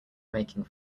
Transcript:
making